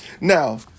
Now